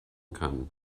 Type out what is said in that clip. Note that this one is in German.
kann